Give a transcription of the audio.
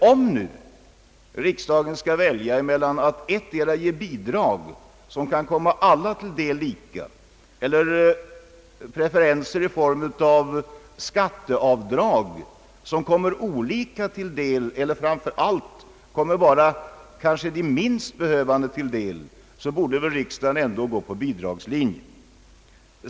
Om riksdagen nu skall välja mellan att antingen ge ett bidrag som skall komma alla till del i lika mån, eller preferenser i form av skatteavdrag som utfaller olika eller som framför allt kanske bara kommer de minst behövande till del, så borde väl riksdagen ändå gå på bidragslinjen.